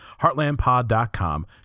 Heartlandpod.com